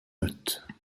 notes